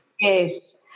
yes